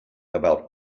about